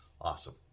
awesome